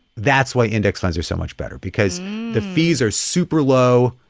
that's why index funds are so much better because the fees are super low.